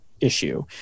issue